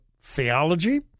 theology